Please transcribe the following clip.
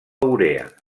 urea